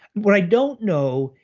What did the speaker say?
what i don't know,